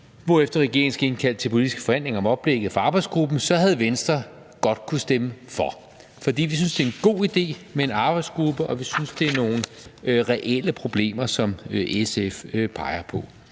hvorefter regeringen skal indkalde til politiske forhandlinger om oplægget fra arbejdsgruppen.« Vi synes, det er en god idé med en arbejdsgruppe, og vi synes, det er nogle reelle problemer, som SF peger på.